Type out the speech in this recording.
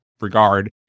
regard